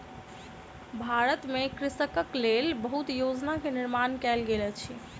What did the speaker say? भारत में कृषकक लेल बहुत योजना के निर्माण कयल गेल अछि